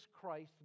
Christ